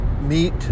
meet